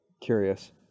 curious